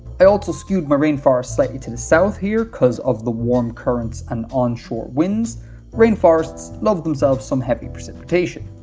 i also skewed marine forest slightly to the south here, because of the warm currents and onshore winds rainforests love themselves some heavy precipitation.